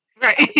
Right